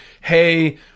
hey